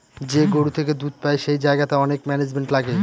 যে গরু থেকে দুধ পাই সেই জায়গাতে অনেক ম্যানেজমেন্ট লাগে